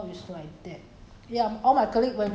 I never see I just cut like I didn't see mirror